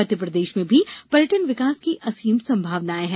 मध्यप्रदेश में भी पर्यटन विकास की असीम संभावनाएं हैं